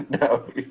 No